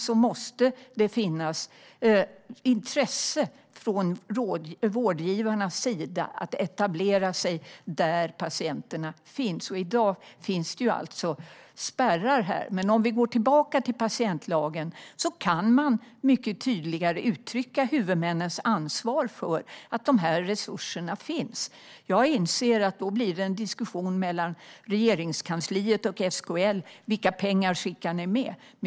Det måste finnas intresse från vårdgivarnas sida att etablera sig där patienterna finns. I dag finns spärrar. Låt oss titta på patientlagen. Där kan man tydligare uttrycka huvudmännens ansvar för att resurserna finns. Jag inser att det då blir en diskussion mellan Regeringskansliet och SKL om vilka pengar som skickas med.